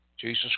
Jesus